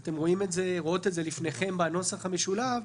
אתן רואות את זה לפניכן בנוסח המשולב.